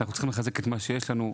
אנחנו צריכים לחזק את מה שיש לנו,